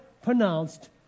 pronounced